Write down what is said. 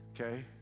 okay